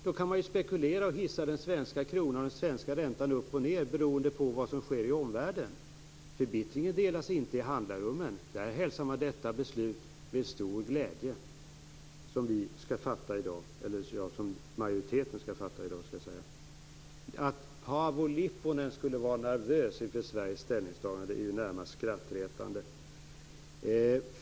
Då kan man spekulera och hissa den svenska kronan och räntan upp och ned beroende på vad som sker i omvärlden. Förbittringen delas inte i handlarrummen. Där hälsas det beslut med stor glädje som majoriteten i dag skall fatta. Att Paavo Lipponen skulle vara nervös inför Sveriges ställningstagande är närmast skrattretande.